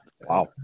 Wow